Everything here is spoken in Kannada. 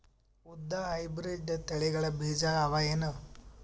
ಉದ್ದ ಹೈಬ್ರಿಡ್ ತಳಿಗಳ ಬೀಜ ಅವ ಏನು?